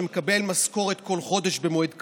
שמקבל משכורת כל חודש במועד קבוע,